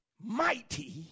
mighty